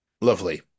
lovely